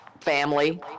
family